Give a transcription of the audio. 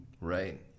right